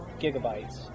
gigabytes